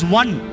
one